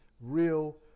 real